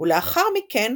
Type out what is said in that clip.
ולאחר מכן